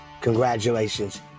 Congratulations